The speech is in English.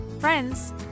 friends